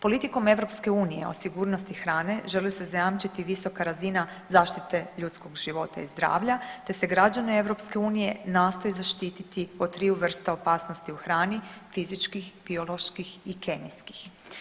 Politikom EU o sigurnosti hrane želi se zajamčiti visoka razina zaštite ljudskog života i zdravlja, te se građane EU nastoji zaštititi od triju vrsta opasnosti u hrani fizičkih, bioloških i kemijskih.